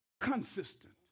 consistent